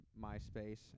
MySpace